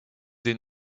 des